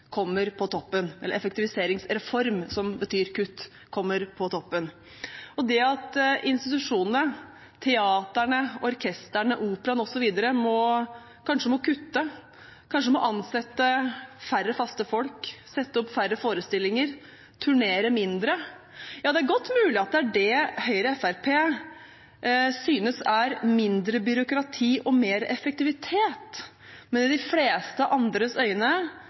kommer på toppen. At institusjonene, teatrene, orkestrene, operaen osv. kanskje må kutte, kanskje må ansette færre faste folk, sette opp færre forestillinger, turnere mindre, er det godt mulig at Høyre og Fremskrittspartiet synes er mindre byråkrati og mer effektivitet, men i de fleste andres øyne